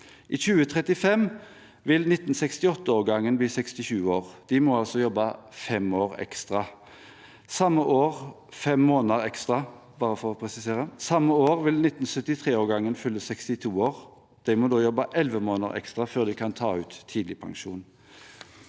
I 2035 vil 1968-årgangen bli 67 år. De må altså jobbe fem måneder ekstra. Samme år vil 1973-årgangen fylle 62 år. De må da jobbe elleve måneder ekstra før de kan ta ut tidligpensjon.